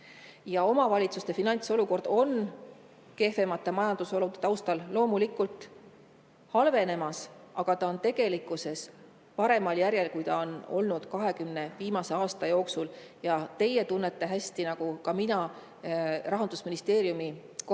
Omavalitsuste finantsolukord on kehvemate majandusolude taustal loomulikult halvenemas, aga ta on tegelikkuses paremal järjel, kui ta on olnud viimase 20 aasta jooksul. Teie tunnete hästi nagu ka mina Rahandusministeeriumi kohalike